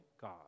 God